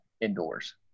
indoors